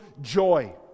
joy